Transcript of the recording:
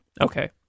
okay